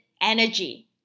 energy